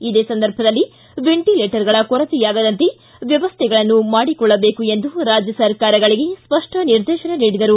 ಇದೇ ಸಂದರ್ಭದಲ್ಲಿ ವೆಂಟಿಲೇಟರ್ಗಳ ಕೊರತೆಯಾಗದಂತೆ ವ್ಯವಸ್ಥೆಗಳನ್ನು ಮಾಡಿಕೊಳ್ಳಬೇಕು ಎಂದು ರಾಜ್ಯ ಸರ್ಕಾರಗಳಿಗೆ ಸ್ಪಷ್ಟ ನಿರ್ದೇಶನ ನೀಡಿದರು